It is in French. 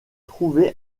trouver